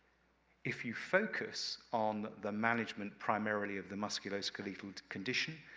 if you focus on the management primarily of the musculoskeletal condition,